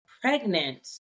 pregnant